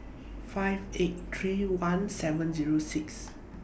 five eight three one seven Zero six